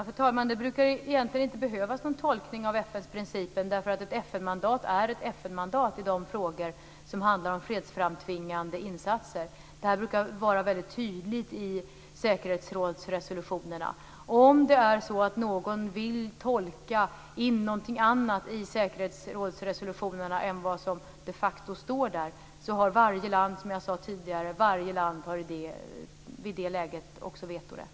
Fru talman! Det brukar inte behövas någon tolkning av FN:s principer därför att ett FN-mandat är ett FN-mandat i de frågor som handlar om fredsframtvingande insatser. Det här brukar vara väldigt tydligt i säkerhetsrådsresolutionerna. Om någon vill tolka in någonting annat i säkerhetsrådsresolutionerna än vad som de facto står där har varje land i det läget också vetorätt.